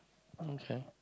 okay